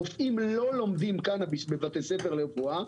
רופאים לא לומדים קנביס בבתי ספר לרפואה.